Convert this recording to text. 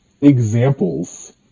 examples